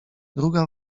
druga